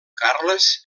carles